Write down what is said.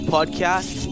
Podcast